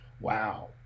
Wow